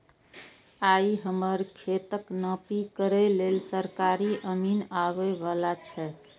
आइ हमर खेतक नापी करै लेल सरकारी अमीन आबै बला छै